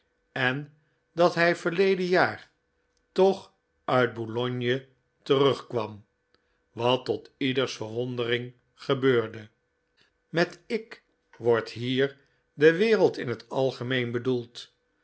en dat hij verleden jaar toch uit boulogne terugkwam wat tot ieders verwondering gebeurde met ik wordt hier de wereld in het algemeen bedoeld